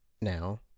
now